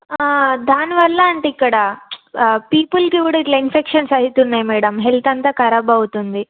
దాని వల్ల అంటే ఇక్కడ ఆ పీపుల్కి కూడా ఇట్లా ఇన్ఫెక్షన్స్ అయితున్నాయి మ్యాడమ్ హెల్త్ అంతా కరాబ్ అవుతుంది